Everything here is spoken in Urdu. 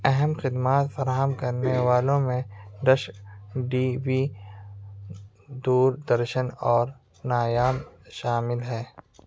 اہم خدمات فراہم کرنے والوں میں dish T V Doordarshan اور نایام شامل ہیں